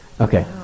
Okay